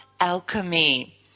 alchemy